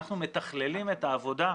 אנחנו מתכללים את העבודה.